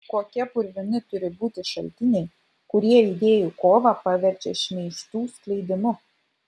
kokie purvini turi būti šaltiniai kurie idėjų kovą paverčia šmeižtų skleidimu